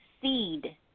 seed